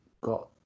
got